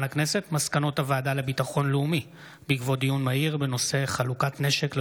מסקנות הוועדה לביטחון לאומי בעקבות דיון מהיר בהצעתם של